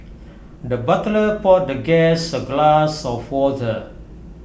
the butler poured the guest A glass of water